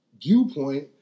viewpoint